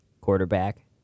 quarterback